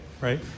right